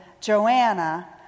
Joanna